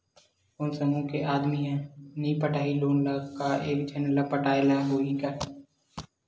कोन समूह के आदमी हा नई पटाही लोन ला का एक झन ला पटाय ला होही का?